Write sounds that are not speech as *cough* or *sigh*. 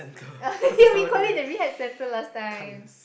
*laughs* we call it the rehab centre last time